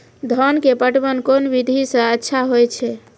धान के पटवन कोन विधि सै अच्छा होय छै?